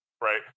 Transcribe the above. right